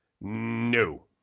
No